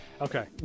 Okay